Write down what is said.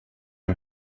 ein